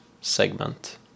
segment